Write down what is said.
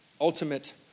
ultimate